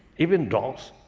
even dogs.